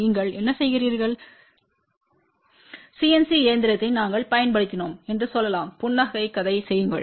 நீங்கள் என்ன செய்கிறீர்கள் CNC இயந்திரத்தை நாங்கள் பயன்படுத்தினோம் என்று சொல்லலாம் புனைகதை செய்யுங்கள்